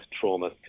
trauma